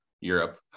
Europe